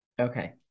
Okay